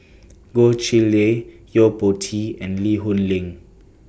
Goh Chiew Lye Yo Po Tee and Lee Hoon Leong